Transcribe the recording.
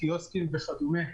בקיוסקים וכדומה,